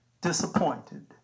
disappointed